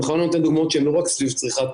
אני בכוונה נותן דוגמאות שהן לא רק סביב צריכת